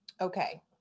Okay